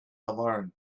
alone